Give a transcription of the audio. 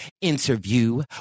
interview